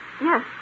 Yes